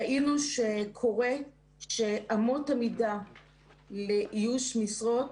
ראינו שקורה שאמות המידה לאיוש משרות